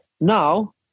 now